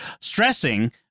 stressing